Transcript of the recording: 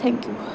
thank you